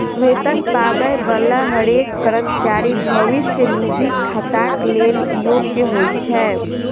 वेतन पाबै बला हरेक कर्मचारी भविष्य निधि खाताक लेल योग्य होइ छै